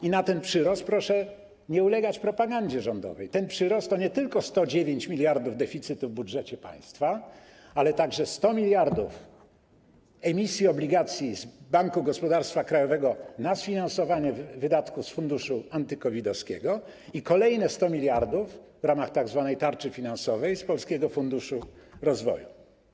I ten przyrost - proszę nie ulegać rządowej propagandzie - to nie tylko 109 mld zł deficytu w budżecie państwa, ale także 100 mld zł emisji obligacji z Banku Gospodarstwa Krajowego na sfinansowanie wydatków z funduszu anty-COVID-owego i kolejne 100 mld zł w ramach tzw. tarczy finansowej z Polskiego Funduszu Rozwoju.